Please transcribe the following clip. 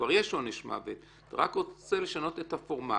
כבר יש עונש מוות ואתה רק רוצה לשנות את הפורמט.